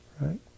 right